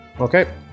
Okay